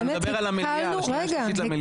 אני מדבר על המליאה, על השנייה שלישית במליאה.